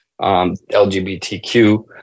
LGBTQ